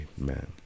Amen